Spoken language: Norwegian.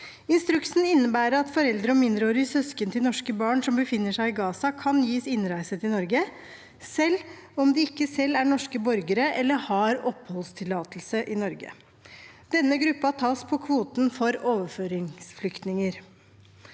Instruksen innebærer at foreldre og mindreårige søsken til norske barn som befinner seg i Gaza, kan gis innreise til Norge, selv om de ikke selv er norske borgere eller har oppholdstillatelse i Norge. Denne gruppen tas på kvoten for overføringsflyktninger.